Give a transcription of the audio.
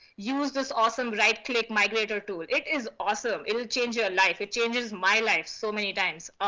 use this awesome right-click migrator tool. it is awesome. it'll change your life. it changes my life so many times.